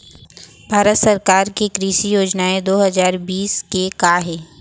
भारत सरकार के कृषि योजनाएं दो हजार बीस के का हे?